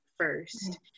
first